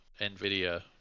NVIDIA